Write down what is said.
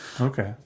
Okay